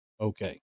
Okay